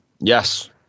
Yes